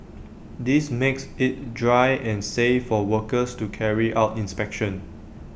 this makes IT dry and safe for workers to carry out inspections